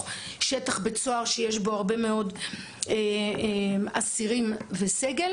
שטח בית סוהר שיש בו הרבה מאוד אסירים וסגל.